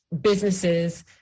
businesses